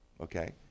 Okay